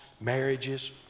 marriages